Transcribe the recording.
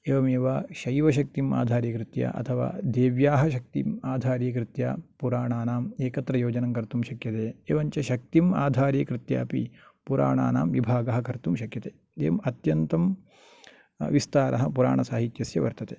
एवमेव शैवशक्तिम् आधारीकृत्य अथवा देव्याः शक्तिम् आधारीकृत्य पुराणानाम् एकत्र योजनं कर्तुं शक्यते एवञ्च शक्तिम् आधारीकृत्यापि पुराणानां विभागाः कर्तुं शक्यते एवम् अत्यन्तं विस्तारः पुराणसाहितस्य वर्तते